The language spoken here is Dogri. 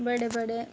बड़े बड़े